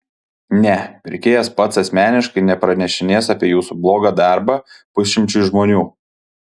ne pirkėjas pats asmeniškai nepranešinės apie jūsų blogą darbą pusšimčiui žmonių